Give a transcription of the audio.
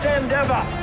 endeavor